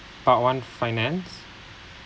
part one finance